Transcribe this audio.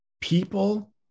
people